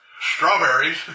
strawberries